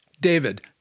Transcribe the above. David